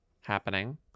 happening